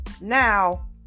Now